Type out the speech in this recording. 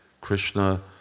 Krishna